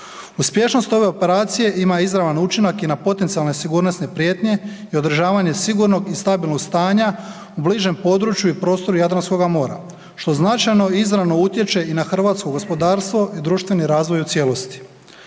Uspješnost ove operacije ima izravan učinak i na potencijalne sigurnosne prijetnje i održavanje sigurnog i stabilnog stanja u bližem području i prostoru Jadranskoga mora što značajno izravno utječe i na hrvatsko gospodarstvo i društveni razvoj u cijelosti.